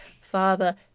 father